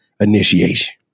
initiation